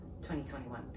2021